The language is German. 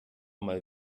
mal